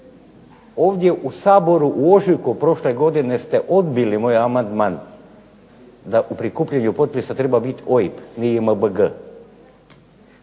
ovdje u Saboru u ožujku prošle godine ste odbili moj amandman da u prikupljanju potpisa treba biti OIB, ne JMBG.